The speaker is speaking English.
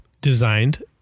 designed